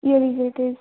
ये लीजिए टेस्ट